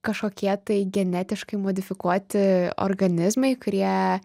kažkokie tai genetiškai modifikuoti organizmai kurie